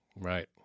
Right